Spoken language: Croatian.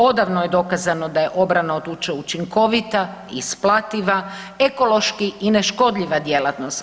Odavno je dokazano da je obrana od tuče učinkovita i isplativa, ekološki i neškodljiva djelatnost.